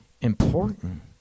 important